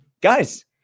Guys